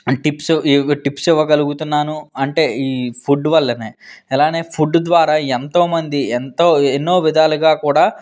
tips ఏవేవో tips ఇవ్వగలుగుతున్నాను అంటే ఈ ఫుడ్ వల్ల ఇలాగే ఫుడ్ ద్వారా ఎంతోమంది ఎంతో ఎన్నో విధాలుగా కూడా